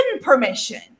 permission